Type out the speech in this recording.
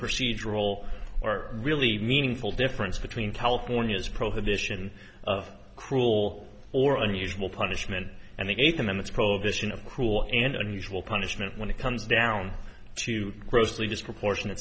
procedural or really meaningful difference between california's proposition of cruel or unusual punishment and they ate them in its prohibition of cruel and unusual punishment when it comes down to grossly disproportionate